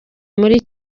muri